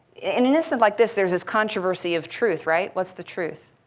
and and this is like this. there's this controversy of truth, right? what's the truth?